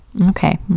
Okay